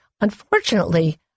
Unfortunately